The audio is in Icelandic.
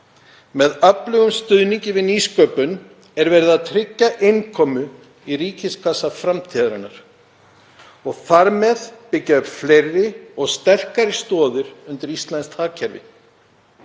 Með öflugum stuðningi við nýsköpun er verið að tryggja innkomu í ríkiskassa framtíðarinnar og þar með byggja fleiri og sterkari stoðir undir íslenskt hagkerfi.